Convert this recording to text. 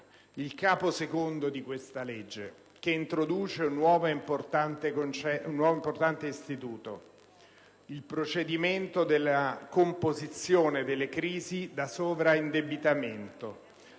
il Capo II del disegno di legge che introduce un nuovo e importante istituto, il procedimento per la composizione delle crisi da sovraindebitamento,